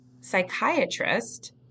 psychiatrist